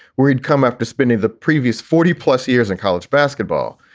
where he'd come after spending the previous forty plus years in college basketball.